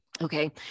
Okay